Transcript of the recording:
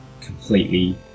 completely